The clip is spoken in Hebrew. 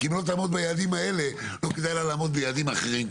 כי אם היא לא תעמוד ביעדים האלה לא כדאי לה לעמוד ביעדים אחרים,